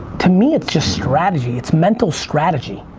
to me it's just strategy it's mental strategy.